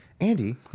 Andy